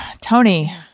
Tony